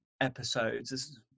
episodes